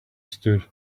stood